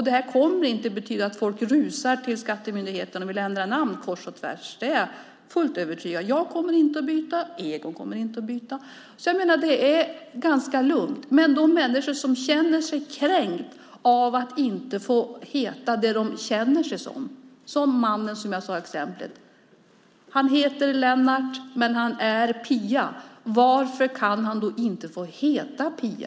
Det här kommer inte att betyda att folk rusar till skattemyndigheten och vill ändra namn kors och tvärs; det är jag fullt övertygad om. Jag kommer inte att byta. Egon kommer inte att byta. Det är ganska lugnt. Men det finns människor som känner sig kränkta av att inte få heta det som de känner sig som, som den man jag nämnde i exemplet. Han heter Lennart men han är Pia. Varför kan han då inte få heta Pia?